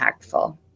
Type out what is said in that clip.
impactful